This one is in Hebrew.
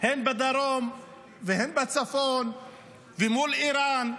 הן בדרום והן בצפון ומול איראן,